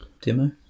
demo